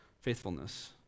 faithfulness